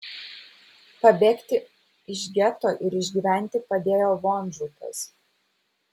pabėgti iš geto ir išgyventi padėjo vonžutas